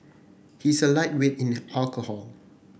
he is a lightweight in the alcohol